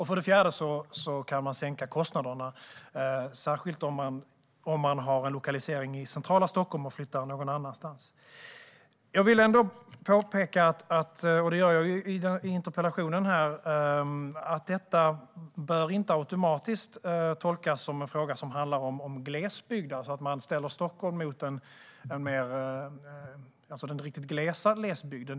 För det fjärde kan man sänka kostnaderna, särskilt om man flyttar en lokalisering från centrala Stockholm någon annanstans. Jag vill påpeka, som jag också gör i interpellationen, att detta inte automatiskt bör tolkas som en fråga som handlar om glesbygden, alltså att ställa Stockholm mot den riktigt glesa glesbygden.